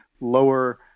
lower